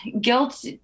guilt